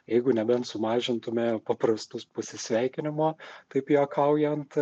jeigu nebent sumažintume paprastus pasisveikinimo taip juokaujant